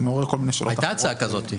הייתה הצעה כזאת.